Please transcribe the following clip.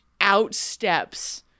outsteps